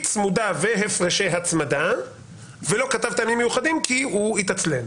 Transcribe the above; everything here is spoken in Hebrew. צמודה והפרשי הצמדה ולא כתב טעמים מיוחדים כי הוא התעצל.